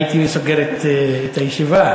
הייתי סוגר את הישיבה.